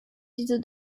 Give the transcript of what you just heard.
diese